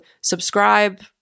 subscribe